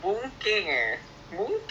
takde bapa